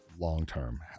long-term